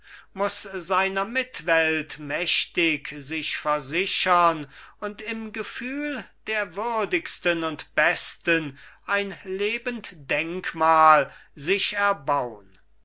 muß seiner mitwelt mächtig sich versichern und im gefühl der würdigsten und besten ein lebend denkmal sich erbaun